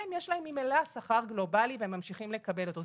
להם יש ממילא שכר גלובלי, והם ממשיכים לקבל אותו.